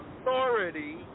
authority